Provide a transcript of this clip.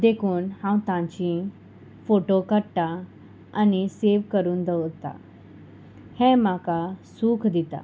देखून हांव तांची फोटो काडटा आनी सेव करून दवरता हें म्हाका सुख दिता